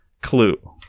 clue